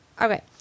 Okay